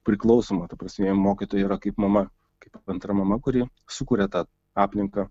priklausomo ta prasme jiem mokytoja yra kaip mama kaip antra mama kuri sukuria tą aplinką